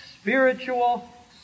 spiritual